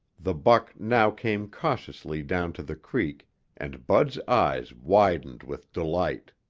the buck now came cautiously down to the creek and bud's eyes widened with delight.